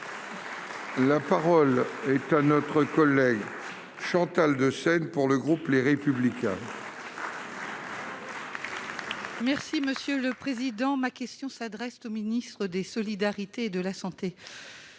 La parole est à notre collègue chante. De pour le groupe Les Républicains. Merci monsieur le président, ma question s'adresse au ministre des solidarités et de la santé,